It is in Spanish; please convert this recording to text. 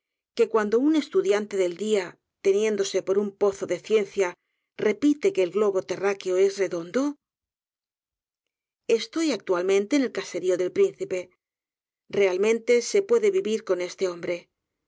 que cuando un estudiante del dia teniéndose por un pozo de ciencia repite que el globo terráqueo es redondo estoy actualmente en el caserío del príncipe real mente se puede vivir con este hombre